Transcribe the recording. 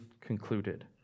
concluded